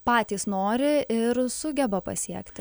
patys nori ir sugeba pasiekti